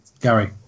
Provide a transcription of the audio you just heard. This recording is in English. Gary